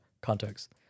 context